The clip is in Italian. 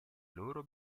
loro